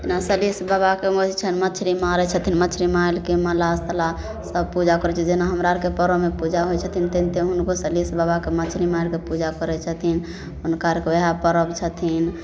अपना सलहेस बाबाके होइ छनि मछरी मारै छथिन मछरी मारिके मलाह तलाह सब पूजा करै छै जेना हमरा आओरके परबमे पूजा होइ छथिन तेनाहिते हुनको सलहेस बाबाके मछरी मारिके पूजा करै छथिन हुनका आओरके वएह परब छथिन